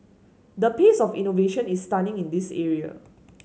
the pace of innovation is stunning in this area